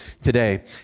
today